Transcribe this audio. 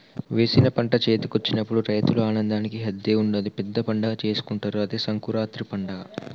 వేసిన పంట చేతికొచ్చినప్పుడు రైతుల ఆనందానికి హద్దే ఉండదు పెద్ద పండగే చేసుకుంటారు అదే సంకురాత్రి పండగ